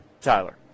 Tyler